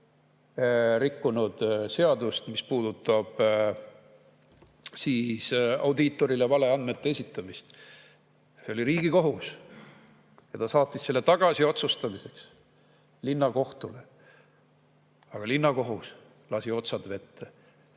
rikkunud seadust – see puudutas audiitorile valeandmete esitamist? See oli Riigikohus ja ta saatis selle tagasi otsustamiseks linnakohtule. Aga linnakohus lasi otsad vette.